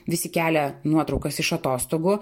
visi kelia nuotraukas iš atostogų